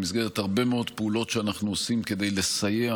במסגרת הרבה מאוד פעולות שאנחנו עושים כדי לסייע